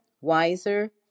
wiser